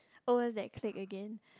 oh it's that clique again